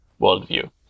worldview